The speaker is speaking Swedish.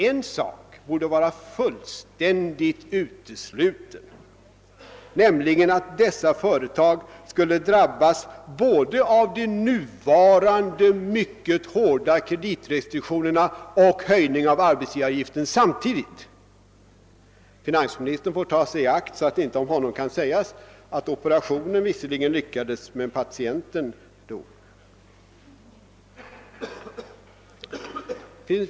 En sak borde vara fullständigt utesluten, nämligen att dessa företag samtidigt skulle drabbas både av de nuvarande mycket hårda kreditrestriktionerna och av en höjning av arbetsgivaravgiften. Finansministern får ta sig i akt för att undvika att det om hans politik skall kunna sägas att operationen visserligen lyckades men att patienten dog.